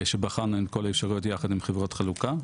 שבחנו עם כל הישיבות ביחד עם חברות החלוקה,